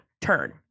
turn